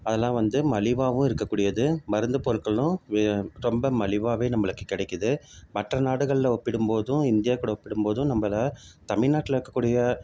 அதெல்லாம் வந்து மலிவாகவும் இருக்கக்கூடியது மருந்து பொருட்களும் வே ரொம்ப மலிவாகவே நம்மளுக்கு கிடைக்கிது மற்ற நாடுகளில் ஒப்பிடும் போதும் இந்தியா கூட ஒப்பிடும் போதும் நம்மள தமிழ்நாட்டுல இருக்கக்கூடிய